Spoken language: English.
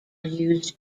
used